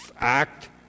act